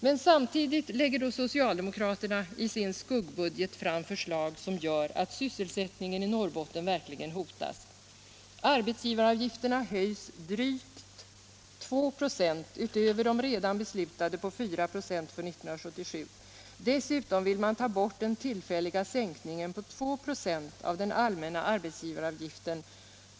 Men samtidigt lägger socialdemokraterna i sin skuggbudget fram förslag som skulle göra att sysselsättningen i Norrbotten verkligen hotas. Arbetsgivaravgifterna höjs med drygt 2 96 utöver de redan beslutade på 4 96 för 1977. Dessutom vill man ta bort den tillfälliga sänkningen på 2 96 av den allmänna arbetsgivaravgiften.